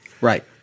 Right